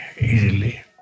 easily